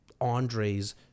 Andre's